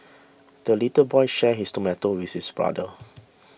the little boy shared his tomato with his brother